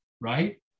right